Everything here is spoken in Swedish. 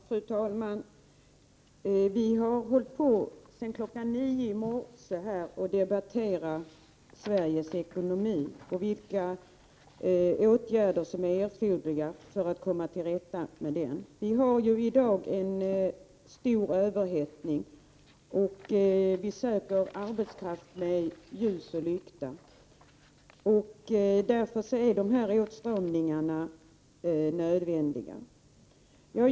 Fru talman! Vi har hållit på sedan kl. 9 i morse att debattera Sveriges ekonomi och vilka åtgärder som är erforderliga för att komma till rätta med problemen i ekonomin. Vi har i dag en stor överhettning, och vi söker arbetskraft med ljus och lykta. Därför är en åtstramning nödvändig.